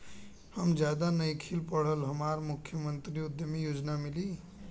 हम ज्यादा नइखिल पढ़ल हमरा मुख्यमंत्री उद्यमी योजना मिली?